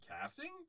casting